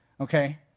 okay